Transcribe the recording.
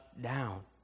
down